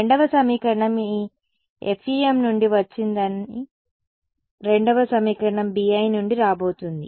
రెండవ సమీకరణం ఇది మీ FEM నుండి వచ్చినద రెండవ సమీకరణం BI నుండి రాబోతోంది